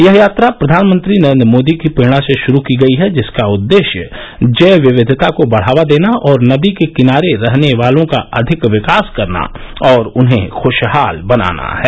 यह यात्रा प्रधानमंत्री नरेन्द्र मोदी की प्रेरणा से शुरू की गई है जिसका उद्देश्य जैव विविधता को बढ़ावा देना और नदी के किनारे रहने वालों का अधिक विकास करना और उन्हें खुशहाल बनाना है